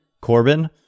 Corbin